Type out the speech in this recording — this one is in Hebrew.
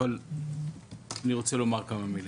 אבל אני רוצה לומר כמה מילים.